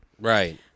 Right